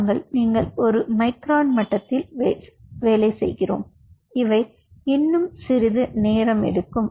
நாங்கள் நீங்கள் ஒரு மைக்ரான் மட்டத்தில் செய்கிறோம் இவை இன்னும் சிறிது நேரம் எடுக்கும்